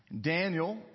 daniel